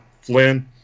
Flynn